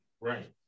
Right